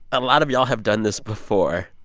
a lot of y'all have done this before.